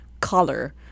color